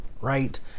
right